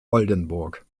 oldenburg